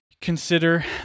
consider